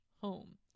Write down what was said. home